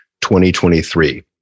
2023